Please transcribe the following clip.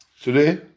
Today